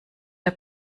der